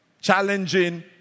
challenging